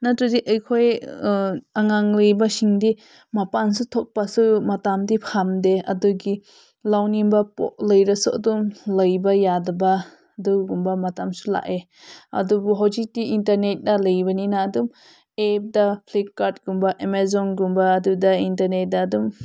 ꯅꯠꯇ꯭ꯔꯗꯤ ꯑꯩꯈꯣꯏ ꯑꯉꯥꯡ ꯂꯩꯕꯁꯤꯡꯗꯤ ꯃꯄꯥꯟꯁꯨ ꯊꯣꯛꯄꯁꯨ ꯃꯇꯝꯗꯤ ꯐꯪꯗꯦ ꯑꯗꯨꯒꯤ ꯂꯩꯅꯤꯡꯕ ꯄꯣꯠ ꯂꯩꯔꯁꯨ ꯑꯗꯨꯝ ꯂꯩꯕ ꯌꯥꯗꯕ ꯑꯗꯨꯒꯨꯝꯕ ꯃꯇꯝꯁꯨ ꯂꯥꯛꯑꯦ ꯑꯗꯨꯕꯨ ꯍꯧꯖꯤꯛꯇꯤ ꯏꯟꯇꯔꯅꯦꯠꯅ ꯂꯩꯕꯅꯤꯅ ꯑꯗꯨꯝ ꯑꯦꯞꯇ ꯐ꯭ꯂꯤꯞꯀꯥꯔꯠꯀꯨꯝꯕ ꯑꯥꯃꯥꯖꯣꯟꯒꯨꯝꯕꯗꯨꯗ ꯏꯟꯇꯔꯅꯦꯠꯇ ꯑꯗꯨꯝ